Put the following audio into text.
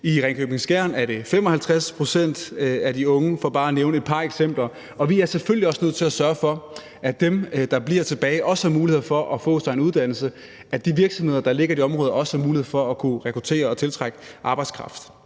i Ringkøbing-Skjern Kommune er det 55 pct. af de unge – for bare at nævne et par eksempler. Og vi er selvfølgelig også nødt til at sørge for, at de, der bliver tilbage, også har mulighed for at få sig en uddannelse, og at de virksomheder, der ligger i de områder, også har mulighed for at kunne rekruttere og tiltrække arbejdskraft.